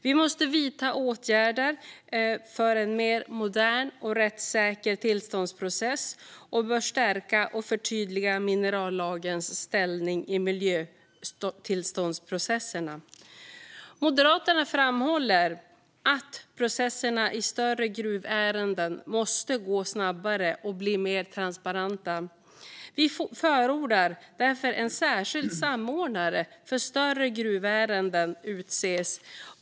Vi måste vidta åtgärder för en mer modern och rättssäker tillståndsprocess och bör stärka och förtydliga minerallagens ställning i miljötillståndsprocesserna. Moderaterna framhåller att processerna i större gruvärenden måste gå snabbare och bli mer transparenta. Vi förordar därför att en särskild samordnare för större gruvärenden utses.